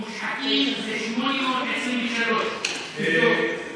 מושחתים, זה 823. תבדוק.